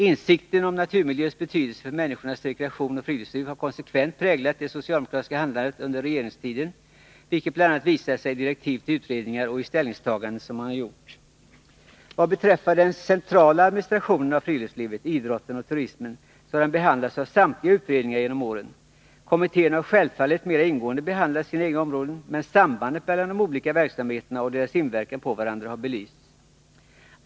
Insikten om naturmiljöns betydelse för människors rekreation och friluftsliv har konsekvent präglat det socialdemokratiska handlandet under regeringstiden, vilket bl.a. visat sig i direktiv till utredningar och i ställningstaganden man gjort. Vad beträffar den centrala administrationen av friluftslivet, idrotten och turismen, har den behandlats av samtliga utredningar genom åren. Kommittéerna har självfallet mer ingående behandlat sina egna områden, men sambandet mellan de olika verksamheterna och deras inverkan på varandra har belysts.